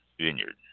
Vineyard